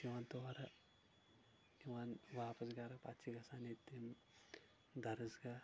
پَتہٕ چھِ یِوان تورٕ یِوان واپَس گرٕ پَتہٕ چھ گژھان ییٚتہِ تِم دَرٕسگاہ